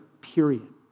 period